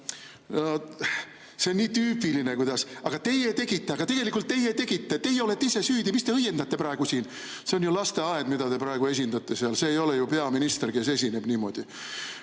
See on nii tüüpiline, see "aga teie tegite, aga tegelikult teie tegite, teie olete ise süüdi, mis te õiendate praegu siin". See on ju lasteaed, mida te praegu esindate seal, see ei ole ju peaminister, kes niimoodi